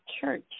church